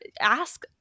ask